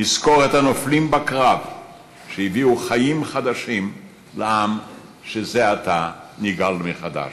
נזכור את הנופלים בקרב שהביאו חיים חדשים לעם שזה עתה נגאל מחדש.